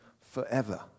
forever